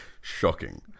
Shocking